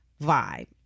vibe